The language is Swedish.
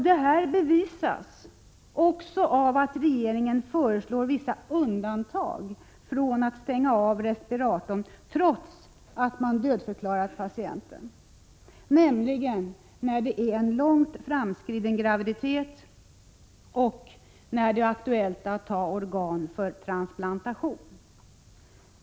Detta bevisas också av att regeringen föreslår vissa undantag från att stänga av respiratorn trots att patienten dödförklarats, nämligen vid långt framskriden graviditet och när det är aktuellt att ta organ för transplantation.